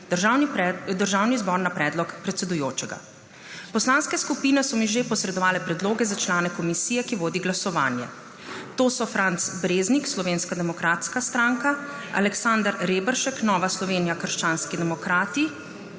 državni zbor na predlog predsedujočega. Poslanske skupine so mi že posredovale predloge za člane komisije, ki vodi glasovanje. To so: Franc Breznik, Slovenska demokratska stranka, Aleksander Reberšek, Nova Slovenija – krščanski demokrati